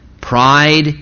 pride